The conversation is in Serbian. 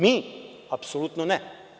Mi, apsolutno ne.